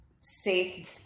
safe